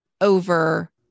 over